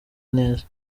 neza